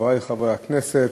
חברי חברי הכנסת,